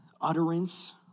utterance